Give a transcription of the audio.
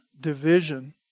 division